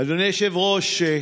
אדוני היושב-ראש,